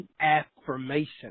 affirmation